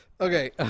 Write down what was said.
Okay